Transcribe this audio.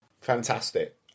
Fantastic